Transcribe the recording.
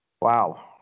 Wow